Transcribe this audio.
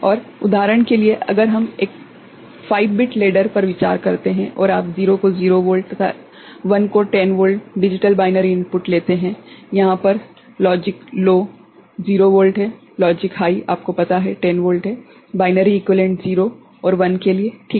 और उदाहरण के लिए अगर हम एक 5 बिट लेडर पर विचार करते हैं और आप 0 को 0 वोल्ट तथा 1 को 10V डिजिटल बाइनरी इनपुट लेते है यहा पर लॉजिक लो 0 वोल्ट है लॉजिक हाइ आपको पता है कि 10 वोल्ट है बाइनरी एक्विवेलेंट 0 और 1 के लिए ठीक है